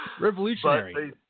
Revolutionary